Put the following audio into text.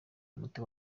umuti